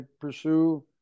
pursue